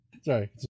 Sorry